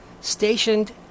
stationed